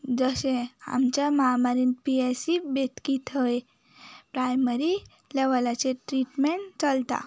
जशें आमच्या महामारीन पी एस सी बेतकी थंय प्रायमरी लेवलाचेर ट्रिटमेंट चलता